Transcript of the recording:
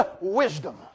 wisdom